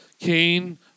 Cain